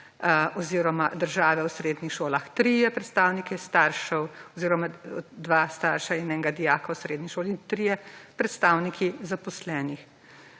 oziroma države v srednjih šolah, trije predstavniki staršev oziroma dva starša in enega dijaka v srednji šoli in trije predstavniki zaposlenih.